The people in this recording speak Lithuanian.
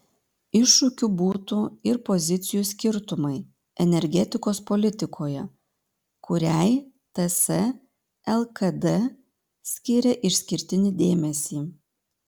iššūkiu būtų ir pozicijų skirtumai energetikos politikoje kuriai ts lkd skiria išskirtinį dėmesį